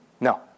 No